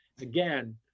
again